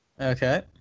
Okay